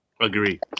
Agree